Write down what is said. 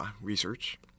research